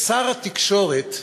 לשר התקשורת,